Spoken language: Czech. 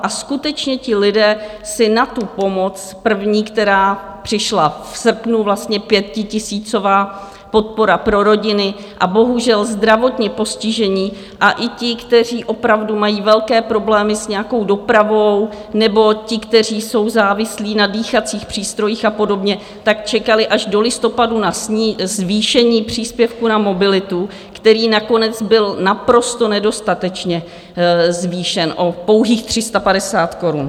A skutečně ti lidé na tu první pomoc, která přišla v srpnu, vlastně pětitisícová podpora pro rodiny, a bohužel zdravotně postižení a i ti, kteří opravdu mají velké problémy s nějakou dopravou, nebo ti, kteří jsou závislí na dýchacích přístrojích a podobně, tak čekali až do listopadu na zvýšení příspěvku na mobilitu, který nakonec byl naprosto nedostatečně zvýšen o pouhých 350 korun.